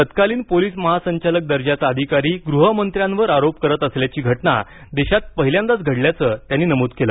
तत्कालीन पोलिस महासंचालक दर्जाचा अधिकारी गृहमंत्र्यांवर आरोप करत असल्याची घटना देशात पहिल्यांदाच घडल्याचं त्यांनी नमूद केलं